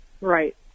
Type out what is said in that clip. Right